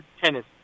tennis